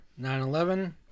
9-11